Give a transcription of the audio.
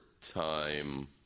time